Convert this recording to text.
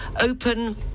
open